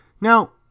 Now